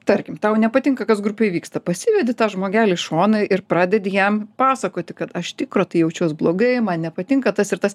tarkim tau nepatinka kas grupėj vyksta pasivedi tą žmogelį į šoną ir pradedi jam pasakoti kad aš tikro tai jaučiaus blogai man nepatinka tas ir tas